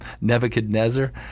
Nebuchadnezzar